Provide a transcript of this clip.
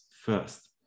first